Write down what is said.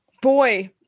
boy